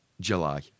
july